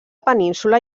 península